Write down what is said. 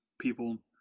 people